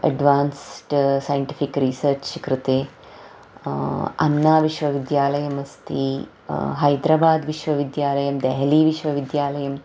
advanced scientific research कृते अन्नविश्वविद्यालयमस्ति हैद्राबाद्विश्वविद्यालयं देहलीविश्वविद्यालयम्